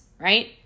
right